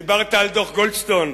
דיברת על דוח גולדסטון.